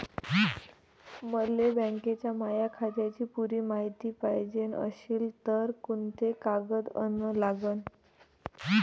मले बँकेच्या माया खात्याची पुरी मायती पायजे अशील तर कुंते कागद अन लागन?